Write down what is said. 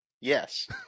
Yes